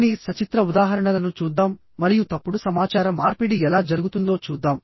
కొన్ని సచిత్ర ఉదాహరణలను చూద్దాం మరియు తప్పుడు సమాచార మార్పిడి ఎలా జరుగుతుందో చూద్దాం